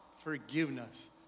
forgiveness